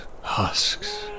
husks